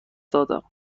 دادم